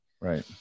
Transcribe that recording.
right